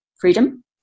freedom